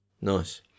nice